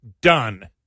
done